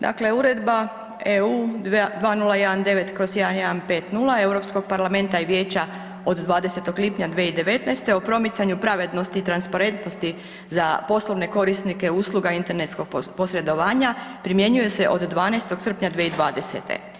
Dakle Uredba (EU) 2019/1150 Europskog parlamenta i vijeća od 20. lipnja 2019. o promicanje pravednosti i transparentnosti za poslovne korisnike usluga internetskog posredovanja, primjenjuje se od 12. srpnja 2020.